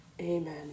Amen